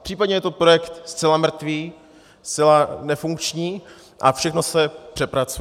Případně je to projekt zcela mrtvý, zcela nefunkční a všechno se přepracuje?